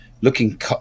looking